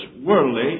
worldly